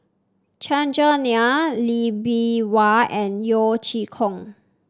Chandran Nair Lee Bee Wah and Yeo Chee Kiong